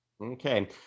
okay